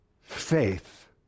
faith